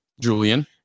Julian